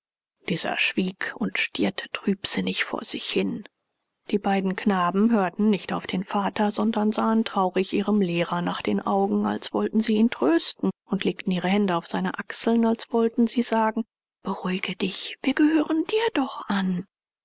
dieser schwieg und stierte trübsinnig vor sich hin die beiden knaben hörten nicht auf den vater sondern sahen traurig ihrem lehrer nach den augen als wollten sie ihn trösten und legten ihre hände auf seine achseln als wollten sie sagen beruhige dich wir gehören dir doch an